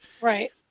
Right